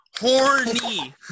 Horny